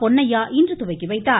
பொன்னையா இன்று துவக்கி வைத்தார்